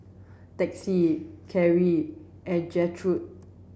Texie Carin and Gertrude